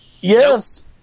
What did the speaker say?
Yes